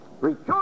rejoice